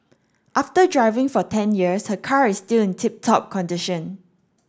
after driving for ten years her car is still in tip top condition